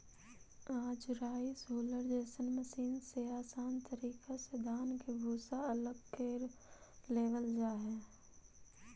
आज rice huller जइसन machine से आसान तरीका से धान के भूसा अलग कर लेवल जा हई